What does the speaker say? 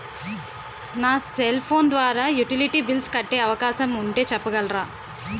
నా cell phone ద్వారా utility bills కట్టే అవకాశం ఉంటే చెప్పగలరా?